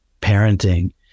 parenting